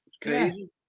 crazy